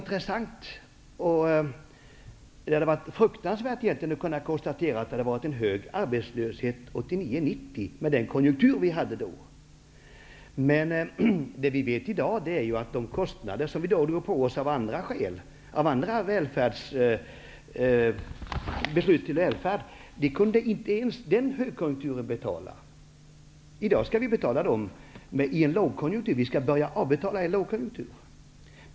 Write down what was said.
Det hade egentligen varit fruktansvärt om det hade varit en hög arbetslöshet 1989--1990 med den högkonjunktur som vi då hade. Men vi vet i dag att de kostnader som vi då drog på oss genom beslut om välfärdssatsningar inte kunde betalas ens av den högkonjunkturen. I dag skall vi börja avbetala på dem i en lågkonjunktur.